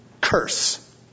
curse